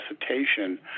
recitation